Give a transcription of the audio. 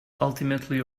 ultimately